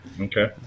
Okay